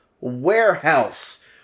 warehouse